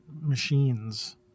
machines